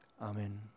Amen